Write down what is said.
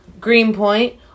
Greenpoint